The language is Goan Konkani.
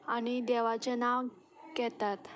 आनी देवाचें नांव घेतात